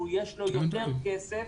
יש לו יותר כסף